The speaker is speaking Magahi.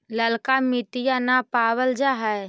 ललका मिटीया न पाबल जा है?